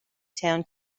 town